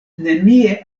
nenie